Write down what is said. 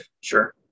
Sure